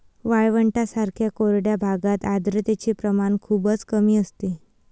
वाळवंटांसारख्या कोरड्या भागात आर्द्रतेचे प्रमाण खूपच कमी असते